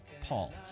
Pauls